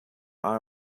eye